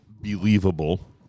believable